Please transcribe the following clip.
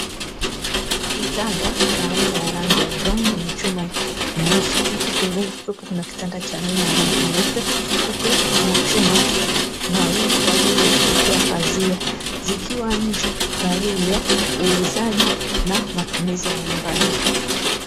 Kitanda cha aina ya rangi ya brauni yenye chuma nyeusi, huku pembeni kukiwepo kuna kitanda cha aina ya rangi nyeupe. Kukiwepo kuna chuma maalumu kwa ajili ya kuwekea pazia, zikiwa nje kwa ajili ya uuzaji na matumizi ya nyumbani.